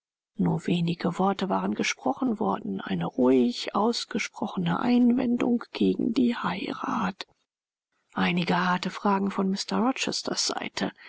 nur wenige worte waren gesprochen worden eine ruhig ausgesprochene einwendung gegen die heirat einige harte fragen von mr rochesters seite